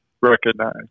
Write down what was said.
recognize